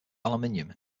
aluminium